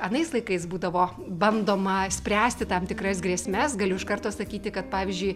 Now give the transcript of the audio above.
anais laikais būdavo bandoma spręsti tam tikras grėsmes galiu iš karto sakyti kad pavyzdžiui